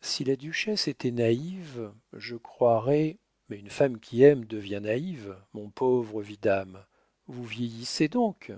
si la duchesse était naïve je croirais mais une femme qui aime devient naïve mon pauvre vidame vous vieillissez donc